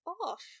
off